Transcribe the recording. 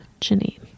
Janine